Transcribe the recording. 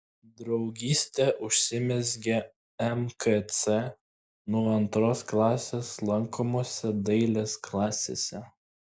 draugystė užsimezgė mkc nuo antros klasės lankomose dailės klasėse